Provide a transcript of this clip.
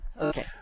Okay